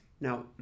Now